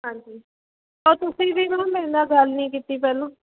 ਹਾਂਜੀ ਔਰ ਤੁਸੀਂ ਵੀ ਮੈਮ ਮੇਰੇ ਨਾਲ ਗੱਲ ਨਹੀਂ ਕੀਤੀ ਪਹਿਲਾਂ